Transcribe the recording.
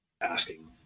asking